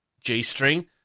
g-string